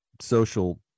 social